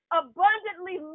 abundantly